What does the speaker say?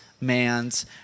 man's